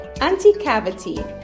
anti-cavity